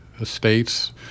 estates